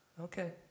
Okay